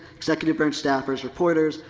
executive branch staffers, reporters,